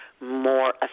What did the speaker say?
more